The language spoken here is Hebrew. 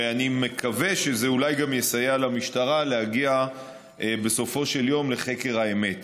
ואני מקווה שזה אולי גם יסייע למשטרה להגיע בסופו של יום לחקר האמת.